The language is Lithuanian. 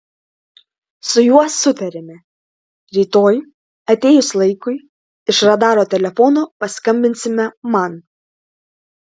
su juo sutarėme rytoj atėjus laikui iš radaro telefono paskambinsime man